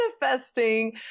manifesting